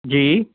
जी